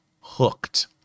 hooked